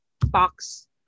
box